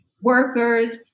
workers